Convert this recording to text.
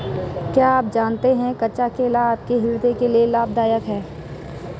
क्या आप जानते है कच्चा केला आपके हृदय के लिए लाभदायक है?